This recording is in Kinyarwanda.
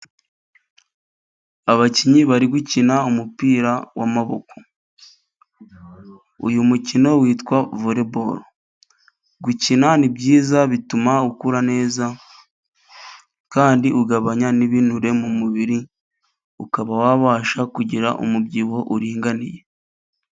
Abakinnyi bari gukina umupira w'amaboko. Uyu mukino witwa vore boru, gukina ni byiza bituma ukura neza kandi ugabanya ibinure mu mubiri ukaba wabasha kugira umubyibuho uringaniye.